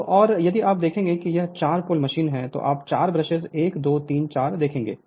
तो और यदि आप देखें कि यह 4 पोल मशीन है तो आप 4 ब्रश 1 2 3 4 देखेंगे